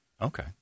Okay